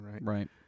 right